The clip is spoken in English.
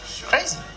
Crazy